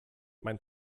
mein